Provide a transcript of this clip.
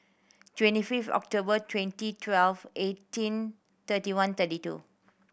twenty fifth October twenty twelve eighteen thirty one thirty two